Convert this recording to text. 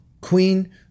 queen